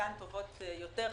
חלקן טובות יותר,